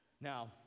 Now